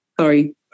Sorry